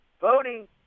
voting